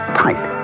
tight